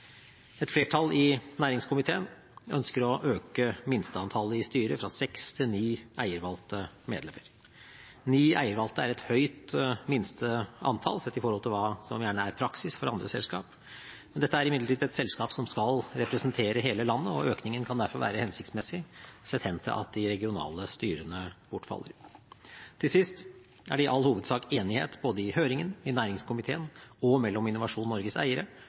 Et flertall i næringskomiteen ønsker å øke minsteantallet i styret fra seks til ni eiervalgte medlemmer. Ni eiervalgte er et høyt minste antall sett i forhold til hva som gjerne er praksis for andre selskap. Dette er imidlertid et selskap som skal representere hele landet, og økningen kan derfor være hensiktsmessig sett hen til at de regionale styrene bortfaller. Til sist er det i all hovedsak enighet både i høringen, i næringskomiteen og mellom Innovasjon Norges eiere